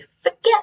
Forget